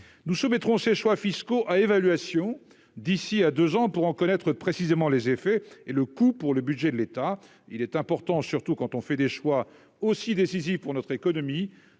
nous soumettrons ses choix fiscaux à évaluation d'ici à 2 ans pour en connaître précisément les effets et le coût pour le budget de l'État, il est important, surtout quand on fait des choix aussi décisif pour notre économie,